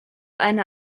eine